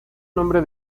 nombre